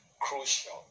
crucial